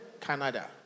Canada